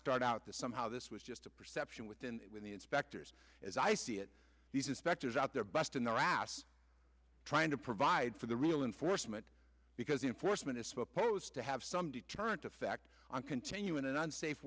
start out this somehow this was just a perception within when the inspectors as i see it these inspectors out there busting their ass trying to provide for the real enforcement because the enforcement is supposed to have some deterrent effect on continuing an unsafe